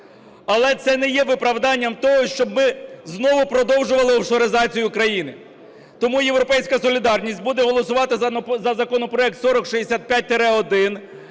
Але це не є виправданням того, щоб ми знову продовжували офшоризацію країни. Тому "Європейська солідарність" буде голосувати за законопроект 4065-1